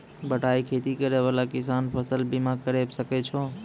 बटाई खेती करै वाला किसान फ़सल बीमा करबै सकै छौ?